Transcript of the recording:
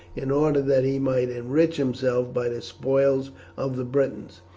in order that he might enrich himself by the spoils of the britons,